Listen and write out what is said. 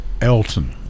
Elton